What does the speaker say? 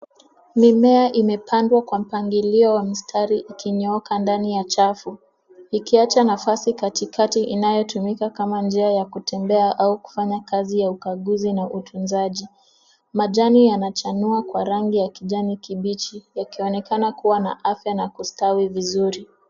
Mmea imepandwa kwa mpangilio wa mistari ukinyooka ndani ya chafu ikiacha nafasi katikati inayotumika kama njia ya kutembea au kufanya kazi ya ukaguzi na utunzaji. Majani yana chanua kwa rangi ya kijani kibichi yakionekana kuwa na afya na kustawi vizuri.